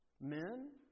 men